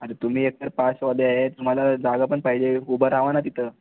म्हणजे तुम्ही एक तर पासवाले आहे तुम्हाला जागा पण पाहिजे उभं रहा ना तिथं